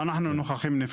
נכון, אנחנו נוכחים-נפקדים.